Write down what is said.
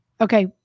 Okay